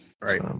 Right